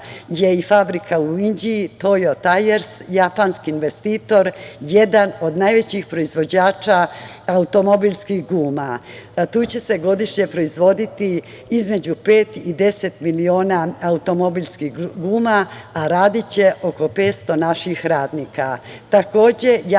je i fabrika u Inđiji, „Tojo tajers“, japanski investitor, jedan od najvećih proizvođači automobilskih guma. Tu će se godišnje proizvoditi između pet i 10 miliona automobilskih guma, a radiće oko 500 naših radnika.